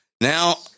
now